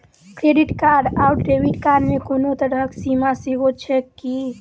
Credit card आओर debit card मे कोनो तरहक सीमा सेहो छैक की?